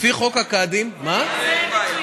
לפי חוק הקאדים, זה מצוין.